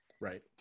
Right